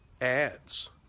ads